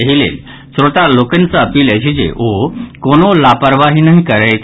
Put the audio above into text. एहि लेल श्रोता लोकनि सँ अपील अछि जे ओ कोनो लापरवाही नहि करथि